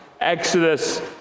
Exodus